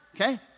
okay